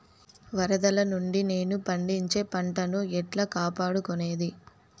వరదలు నుండి నేను పండించే పంట ను ఎట్లా కాపాడుకునేది?